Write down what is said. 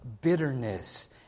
bitterness